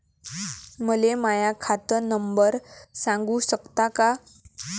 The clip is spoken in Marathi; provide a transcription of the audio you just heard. मले माह्या खात नंबर सांगु सकता का?